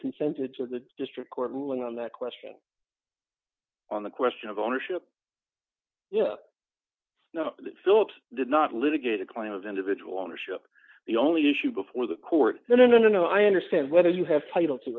consented to the district court ruling on that question on the question of ownership no phillips did not litigate a claim of individual ownership the only issue before the court no no no i understand whether you have title to